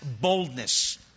boldness